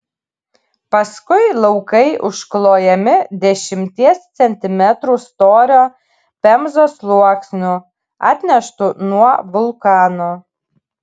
paskui laukai užklojami dešimties centimetrų storio pemzos sluoksniu atneštu nuo vulkano